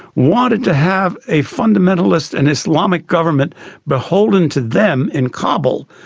wanted to have a fundamentalist and islamic government beholden to them in kabul,